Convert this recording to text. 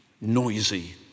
noisy